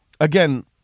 Again